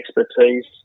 expertise